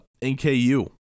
NKU